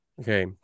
okay